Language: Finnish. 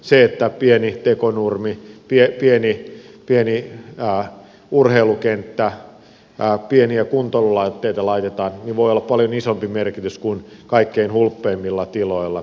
sillä että pieni tekonurmi pieni urheilukenttä pieniä kuntoilulaitteita laitetaan voi olla paljon isompi merkitys kuin kaikkein hulppeimmilla tiloilla